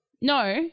No